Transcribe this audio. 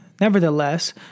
Nevertheless